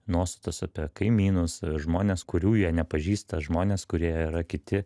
nuostatas apie kaimynus žmones kurių jie nepažįsta žmones kurie yra kiti